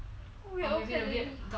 what weird old cat lady